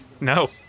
No